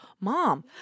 mom